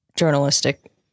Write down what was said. journalistic